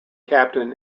captain